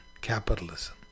capitalism